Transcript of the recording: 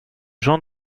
jean